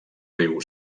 riu